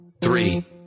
three